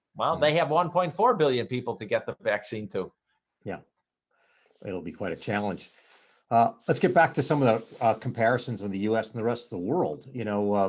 well, they have one point four billion people to get the vaccine to yeah it'll be quite a challenge let's get back to some of the comparisons in the us and rest of the world you know,